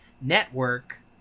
Network